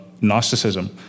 Gnosticism